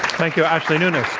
thank you, ashley nunes.